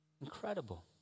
Incredible